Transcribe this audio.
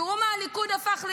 תראו מה הליכוד הפך להיות.